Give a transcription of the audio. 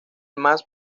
más